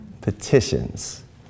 petitions